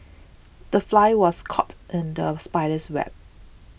the fly was caught in the spider's web